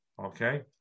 Okay